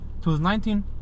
2019